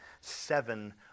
seven